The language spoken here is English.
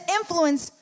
influence